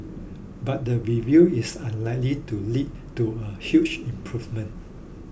but the review is unlikely to lead to a huge improvement